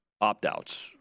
opt-outs